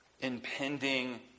impending